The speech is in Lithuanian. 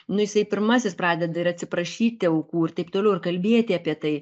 nu jisai pirmasis pradeda ir atsiprašyti aukų ir taip toliau ir kalbėti apie tai